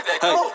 Hey